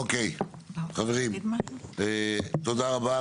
חברים, תודה רבה.